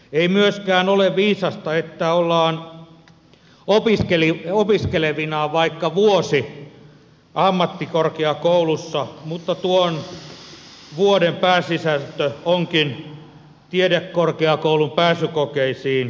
ei myöskään ole viisasta että ollaan opiskelevinaan vaikka vuosi ammattikorkeakoulussa mutta tuon vuoden pääsisältö onkin tiedekorkeakoulun pääsykokeisiin valmistautuminen